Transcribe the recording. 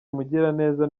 mugiraneza